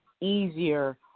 easier